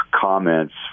comments